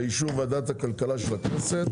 באישור ועדת הכלכלה של הכנסת,